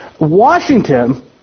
Washington